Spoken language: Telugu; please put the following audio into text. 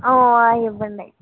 ఇవ్వండి